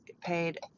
paid